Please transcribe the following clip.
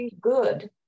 good